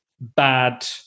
bad